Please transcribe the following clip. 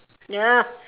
ya